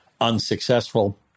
unsuccessful